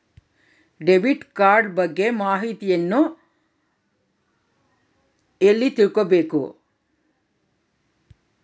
Debit card ಬಗ್ಗೆ ಮಾಹಿತಿಯನ್ನ ಎಲ್ಲಿ ತಿಳ್ಕೊಬೇಕು?